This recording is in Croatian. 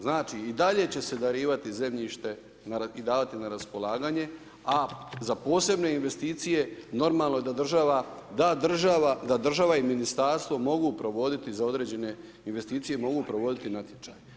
Znači, i dalje će se darivati zemljište i davati na raspolaganje, a za posebne investicije normalno je da država da i Ministarstvo mogu provoditi za određene investicije, mogu provoditi natječaj.